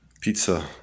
pizza